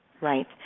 right